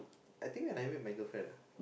I think when I meet my girlfriend lah